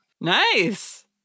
Nice